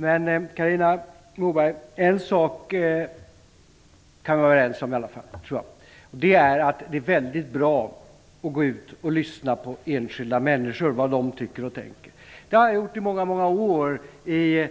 Men, Carina Moberg, en sak kan vi alla fall vara överens om, och det är att det är väldigt bra att gå ut och lyssna på vad enskilda människor tycker och tänker. Det har jag gjort i många år i